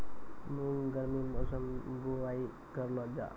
मूंग गर्मी मौसम बुवाई करलो जा?